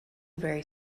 very